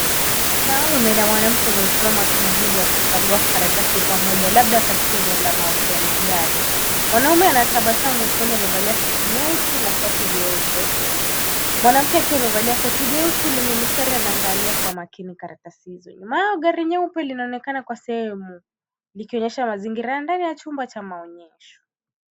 Mwanaume na mwanamke wamesimama karibu wakikagua karatasi pamoja labda katika eneo la mauzo ya magari. Mwanaume anatabasamu usoni amevalia suti nyeusi na shati jeupe, mwanamke akiwa amevalia koti jeusi lenye mistari anaangalia kwa makini karatasi hizo. Nyuma yao gari nyeupe linaonekana kwa sehemu likionyesha mazingira ya ndani ya chumba cha maonyesho.